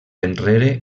enrere